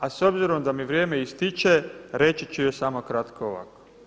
A s obzirom da mi vrijeme ističe reći ću još samo kratko ovako.